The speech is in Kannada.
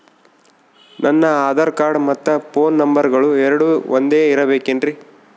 ನನ್ನ ಆಧಾರ್ ಕಾರ್ಡ್ ಮತ್ತ ಪೋನ್ ನಂಬರಗಳು ಎರಡು ಒಂದೆ ಇರಬೇಕಿನ್ರಿ?